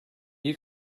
you